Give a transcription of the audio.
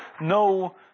No